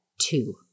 two